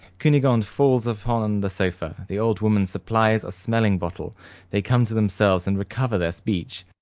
cunegonde falls upon the sofa. the old woman supplies a smelling bottle they come to themselves and recover their speech.